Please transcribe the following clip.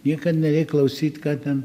niekad nereik klausyt ką ten